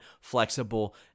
flexible